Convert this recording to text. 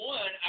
One